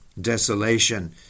desolation